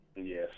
Yes